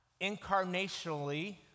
incarnationally